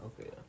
okay